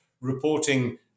reporting